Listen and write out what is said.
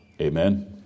Amen